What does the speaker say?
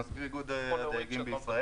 אני מזכיר איגוד הדייגים בישראל.